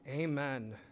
Amen